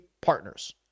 partners